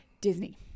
Disney